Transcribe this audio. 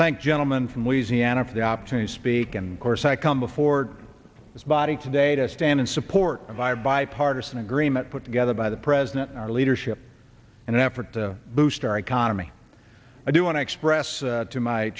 thank gentleman from louisiana for the opportunity to speak and course i come before this body today to stand in support of our bipartisan agreement put together by the president our leadership and effort to boost our economy i do want to express to my